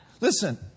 Listen